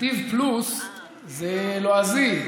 נתיב פלוס זה לועזי.